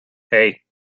hey